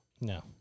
No